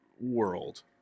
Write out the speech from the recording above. world